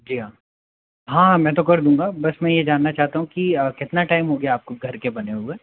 जी हाँ हाँ मैं तो कर दूँगा बस मैं ये जानना चाहता हूँ की कितना टाइम हो गया आपको घर के बने हुए